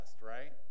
right